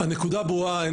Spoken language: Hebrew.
הנקודה ברורה.